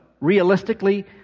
realistically